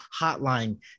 hotline